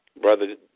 Brother